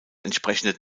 entsprechende